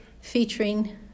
featuring